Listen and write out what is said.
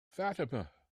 fatima